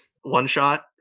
one-shot